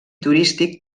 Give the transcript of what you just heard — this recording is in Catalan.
turístic